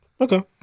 Okay